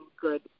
good